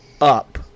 up